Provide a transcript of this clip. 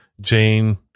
Jane